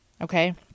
Okay